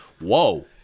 whoa